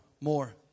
more